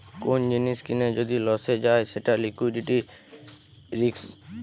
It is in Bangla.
কোন জিনিস কিনে যদি লসে যায় সেটা লিকুইডিটি রিস্ক